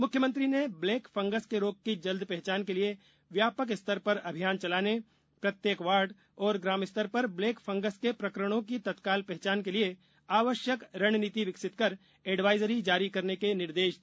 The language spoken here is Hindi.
मुख्यमंत्री ने ब्लैक फंगस के रोग के जल्द पहचान के लिए व्यापक स्तर पर अभियान चलाने प्रत्येक वार्ड और ग्रामस्तर पर ब्लैक फंगस के प्रकरणों की तत्काल पहचान के लिए आवश्यक रणनीति विकसित कर एडवाइजरी जारी करने के निर्देश दिए